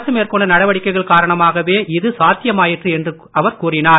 அரசு மேற்கொண்ட நடவடிக்கைகள் காரணமாகவே இது சாத்தியமாயிற்று என்று அவர் கூறினார்